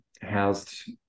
housed